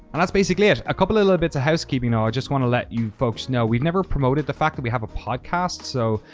and that's basically it. a couple of little bits of housekeeping, though, i just want to let you folks know. we've never promoted the fact that we have a podcast, so,